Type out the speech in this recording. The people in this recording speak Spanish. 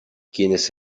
quienes